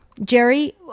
Jerry